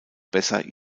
besser